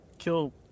kill